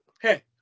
Hey